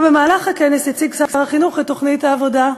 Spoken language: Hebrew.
כבר במהלך הכנס הציג שר החינוך את תוכנית העבודה,